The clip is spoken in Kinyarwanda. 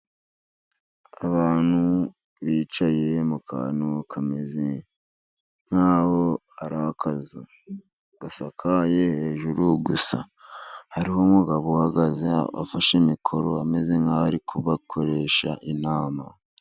Abantu bicaye mu kantu kameze nkaho ari akazu gasakaye hejuru gusa, hariho umugabo uhagaze afashe imikoro ameze nkaho ari kubakoresha inama.